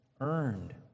earned